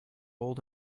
old